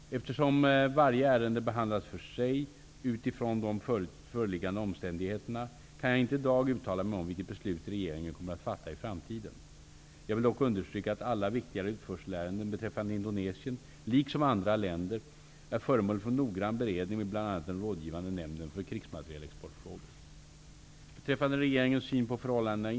Eftersom varje ärende behandlas för sig utifrån de föreliggande omständigheterna, kan jag i dag inte uttala mig om vilka beslut regeringen kommer att fatta i framtiden. Jag vill dock understryka att alla viktigare utförselärenden beträffande Indonesien, liksom andra länder, är föremål för noggrann beredning med bl.a. den rådgivande nämnden för krigsmaterielexportfrågor.